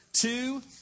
two